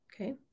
Okay